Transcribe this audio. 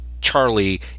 Charlie